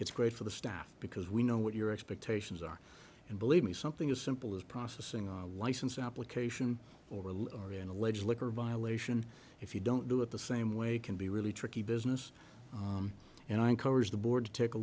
it's great for the staff because we know what your expectations are and believe me something as simple as processing our license application or a little over an alleged liquor violation if you don't do it the same way can be really tricky business and i encourage the board to take a